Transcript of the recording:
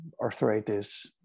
arthritis